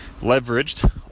leveraged